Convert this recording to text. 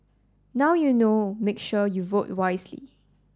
now you know make sure you vote wisely